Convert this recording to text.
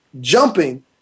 jumping